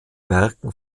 werken